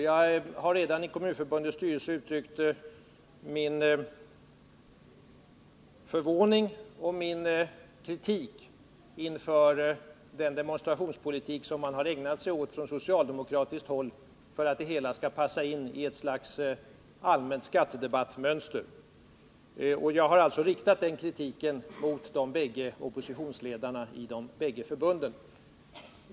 Jag har redan i Kommunförbundets styrelse uttryckt min förvåning över och kritik mot den demonstrationspolitik som man har ägnat sig åt från socialdemokratiskt håll för att det hela skall passa in i ett slags allmänt skattedebattmönster. Jag har alltså riktat den krtiken mot de bägge oppositionsledarna i de två kommunförbunden.